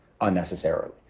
unnecessarily